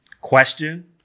question